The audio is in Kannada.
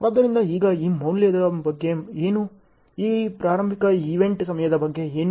ಆದ್ದರಿಂದ ಈಗ ಈ ಮೌಲ್ಯದ ಬಗ್ಗೆ ಏನು ಈ ಆರಂಭಿಕ ಈವೆಂಟ್ ಸಮಯದ ಬಗ್ಗೆ ಏನು